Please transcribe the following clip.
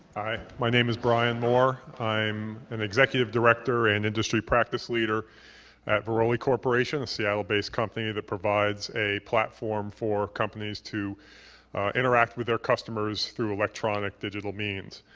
hi. my name is brian moore. i am an executive director and industry practice leader at varolii corporation, a seattle-based company that provides a platform for companies to interact with their customers through electronic digital means.